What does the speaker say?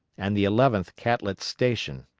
and the eleventh catlett's station.